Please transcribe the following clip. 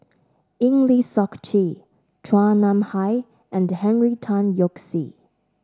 Eng Lee Seok Chee Chua Nam Hai and Henry Tan Yoke See